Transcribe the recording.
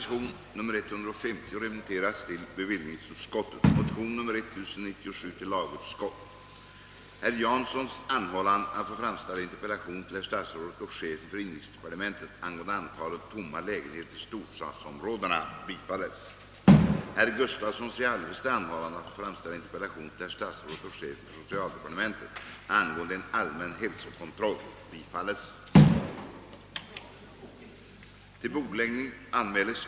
Jag har gjort det därför att jag själv representerar ett område som ligger i den lägsta ortsgruppen. Jag rekommenderar herr civilministern att komma ned till våra bygder och ta del av opinionen; jag tror att civilministerns synpunkter på frågan då skulle bli något annorlunda.